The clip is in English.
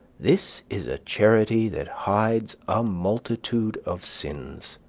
this is a charity that hides a multitude of sins.